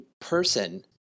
person